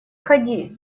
ходи